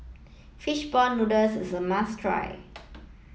fish ball noodles is a must try